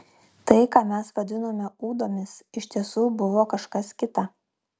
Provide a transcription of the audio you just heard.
tai ką mes vadinome ūdomis iš tiesų buvo kažkas kita